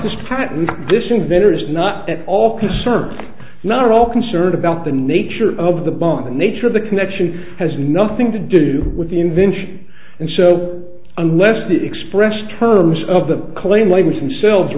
inventor is not at all concerned not at all concerned about the nature of the bomb the nature of the connection has nothing to do with the invention and so unless the expressed terms of the claim language themselves